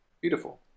beautiful